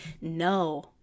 No